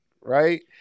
right